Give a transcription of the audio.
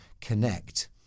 connect